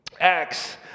Acts